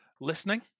listening